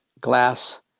glass